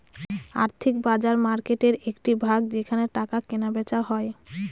আর্থিক বাজার মার্কেটের একটি ভাগ যেখানে টাকা কেনা বেচা হয়